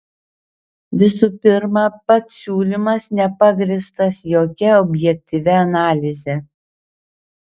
visų pirma pats siūlymas nepagrįstas jokia objektyvia analize